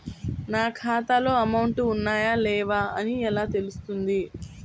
నా ఖాతాలో అమౌంట్ ఉన్నాయా లేవా అని ఎలా తెలుస్తుంది?